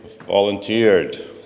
volunteered